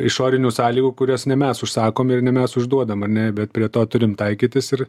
išorinių sąlygų kurias ne mes užsakom ir ne mes užduodam ane bet prie to turim taikytis ir